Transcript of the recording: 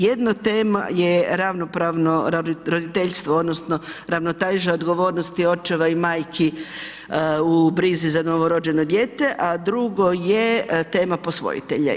Jedna tema je ravnopravno roditeljstvo odnosno ravnoteža odgovornosti očeva i majki u brizi za novorođeno dijete, a drugo je tema posvojitelja.